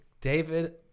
David